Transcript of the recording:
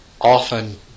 Often